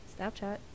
Snapchat